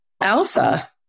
Alpha